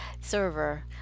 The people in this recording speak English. server